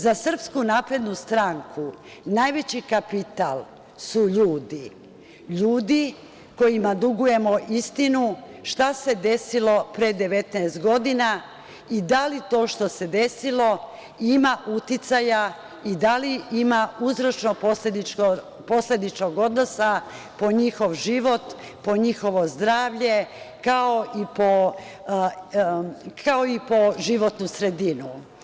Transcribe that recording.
Za SNS najveći kapital su ljudi, ljudi koji kojima dugujemo istinu šta se desilo pre 19 godina, i da li to što se desilo ima uticaja i da li ima uzročno-posledičnog odnosa po njihov život, po njihovo zdravlje, kao i po životnu sredinu.